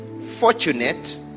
fortunate